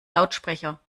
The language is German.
lautsprecher